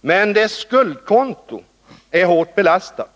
Men dess skuldkonto är hårt belastat.